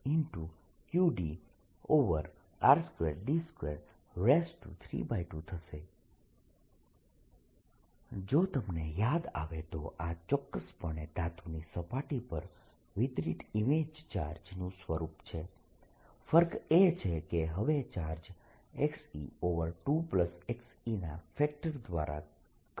20K1 14π0qdr2d232 r K112πqdr2d232 e2e12πqdr2d232 જો તમને યાદ આવે તો આ ચોક્કસપણે ધાતુની સપાટી પર વિતરિત ઇમેજ ચાર્જ નું સ્વરૂપ છે ફર્ક એ છે કે હવે ચાર્જ e2e ના ફેક્ટર દ્વારા ઘટે છે